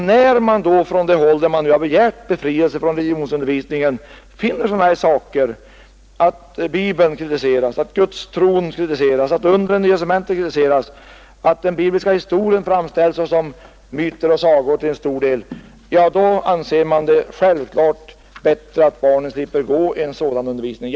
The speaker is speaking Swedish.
När man då från det håll där man begärt befrielse från religionsundervisningen finner att Bibeln kritiseras, att Gudstron kritiseras, att undren i Nya testamentet kritiseras, att bibliska historien framställs som myter och sagor till stor del, då anser man det självklart bättre att barnen slipper delta i en sådan undervisning.